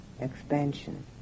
expansion